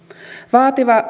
vaativa